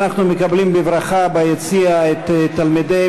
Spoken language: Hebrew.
אנחנו מקבלים בברכה ביציע את תלמידי